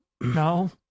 No